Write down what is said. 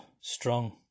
strong